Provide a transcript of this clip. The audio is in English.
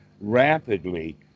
rapidly